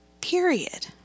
period